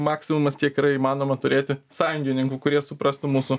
ir maksimumas kiek yra įmanoma turėti sąjungininkų kurie suprastų mūsų